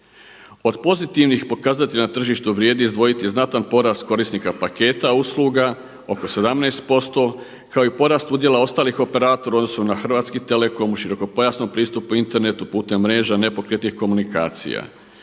Od pozitivnih pokazatelja na tržištu vrijedi izdvojiti znatan porast korisnika paketa usluga oko 17%, kao i porast udjela ostalih operatora u odnosu na Hrvatski telekom u širokopojasnom pristupu internetu putem mreža nepokretnih komunikacija.